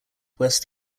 west